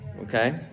okay